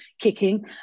kicking